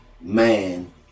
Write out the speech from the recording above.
man